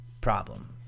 problem